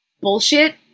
bullshit